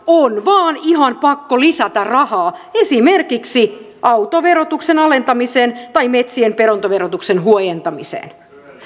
on vain ihan pakko lisätä rahaa esimerkiksi autoverotuksen alentamiseen tai metsien perintöverotuksen huojentamiseen